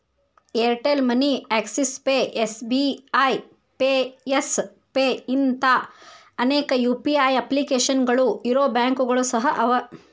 Airtel money Axis pay SBI pay yes pay ಇಂಥಾ ಅನೇಕ UPI ಅಪ್ಲಿಕೇಶನ್ಗಳು ಇರೊ ಬ್ಯಾಂಕುಗಳು ಸಹ ಅವ